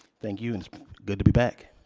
thank you and it's good to be back.